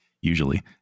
usually